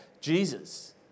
Jesus